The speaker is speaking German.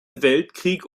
weltkrieg